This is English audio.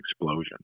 explosion